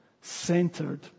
centered